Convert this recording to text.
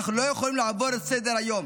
אנחנו לא יכולים לעבור לסדר-היום.